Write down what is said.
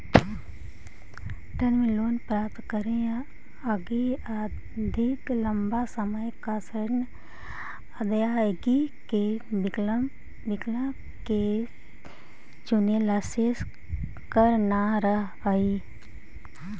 term loan प्राप्त करे लगी अधिक लंबा समय तक ऋण अदायगी के विकल्प के चुनेला शेष कर न रहऽ हई